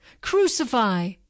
Crucify